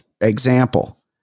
Example